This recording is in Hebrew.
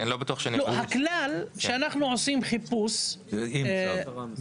הכלל שאנחנו עושים חיפוש על פי צו.